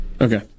Okay